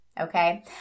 okay